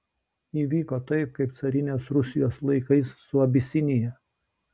įvyko taip kaip carinės rusijos laikais su abisinija